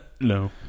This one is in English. No